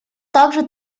также